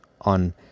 on